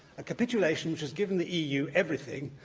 a capitulation, which has given the eu everything,